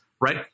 right